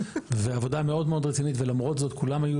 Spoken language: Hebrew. ועבודה מאוד מאוד רצינית ולמרות זאת כולם,